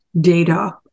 data